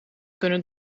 kunnen